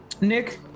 Nick